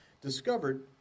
discovered